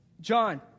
John